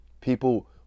people